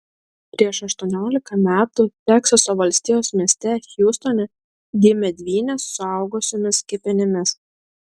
prieš aštuoniolika metų teksaso valstijos mieste hjustone gimė dvynės suaugusiomis kepenimis